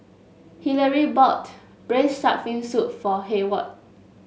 Hillary bought Braised Shark Fin Soup for Hayward